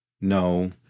no